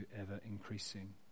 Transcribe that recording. ever-increasing